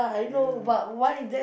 ya